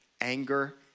anger